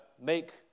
make